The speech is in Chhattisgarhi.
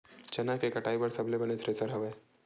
चना के कटाई बर सबले बने थ्रेसर हवय?